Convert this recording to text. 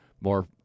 More